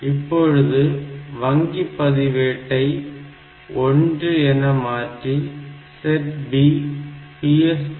இப்பொழுது வங்கி பதிவேட்டை 1 என மாற்றி SETB PSW